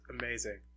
amazing